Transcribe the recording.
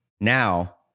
Now